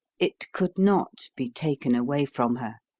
it could not be taken away from her.